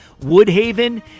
Woodhaven